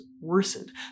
worsened